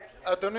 אדוני